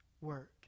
work